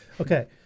Okay